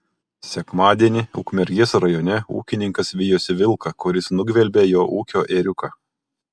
sekmadienį ukmergės rajone ūkininkas vijosi vilką kuris nugvelbė jo ūkio ėriuką